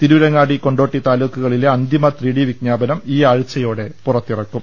തിരൂരങ്ങാടി കൊണ്ടോട്ടി താലൂക്കുകളിലെ അന്തിമ ത്രിഡി വിജ്ഞാപനം ഈ ആഴ്ചയോടെ പുറ ത്തിറക്കും